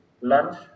lunch